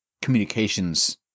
Communications